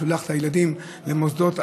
שולח את הילדים למוסדות,